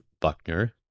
Buckner